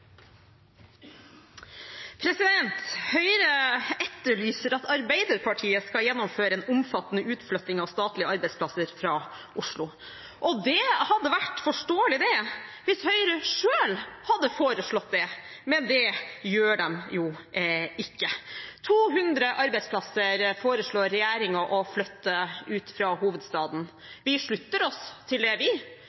innstillingen. Høyre etterlyser at Arbeiderpartiet skal gjennomføre en omfattende utflytting av statlige arbeidsplasser fra Oslo. Det hadde vært forståelig hvis Høyre selv hadde foreslått det, men det gjør de ikke. 200 arbeidsplasser foreslår regjeringen å flytte ut av hovedstaden.